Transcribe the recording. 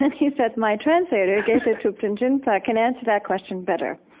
he said my translator, geshe thupten jinpa, can answer that question better.